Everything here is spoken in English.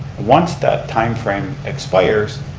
once that time frame expires,